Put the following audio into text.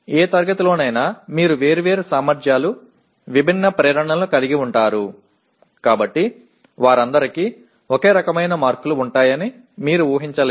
ఏ తరగతిలోనైనా మీరు వేర్వేరు సామర్ధ్యాలు విభిన్న ప్రేరణలు కలిగి ఉంటారు కాబట్టి వారందరికీ ఒకే రకమైన మార్కులు ఉంటాయని మీరు ఊహించలేరు